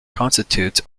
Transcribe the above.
constitutes